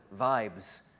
vibes